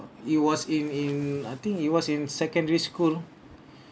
it was in in I think it was in secondary school